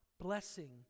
blessing